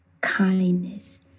kindness